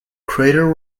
crater